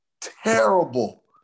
terrible